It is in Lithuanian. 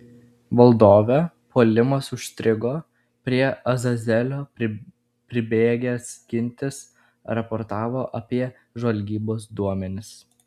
valdove puolimas užstrigo prie azazelio pribėgęs gintis raportavo apie žvalgybos duomenis